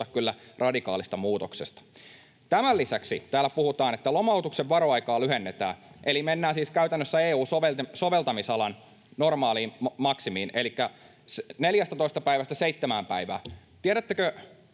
kyllä radikaalista muutoksesta. Tämän lisäksi täällä puhutaan, että lomautuksen varoaikaa lyhennetään, eli mennään siis käytännössä EU-soveltamisalan normaaliin maksimiin elikkä 14 päivästä 7 päivään.